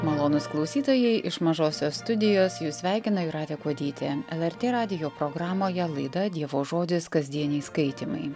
malonūs klausytojai iš mažosios studijos jus sveikina jūratė kuodytė el er tė radijo programoje laida dievo žodis kasdieniai skaitymai